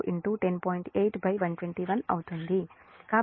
8 121 అవుతుంది